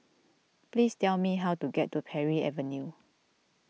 please tell me how to get to Parry Avenue